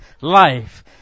life